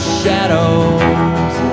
shadows